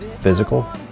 physical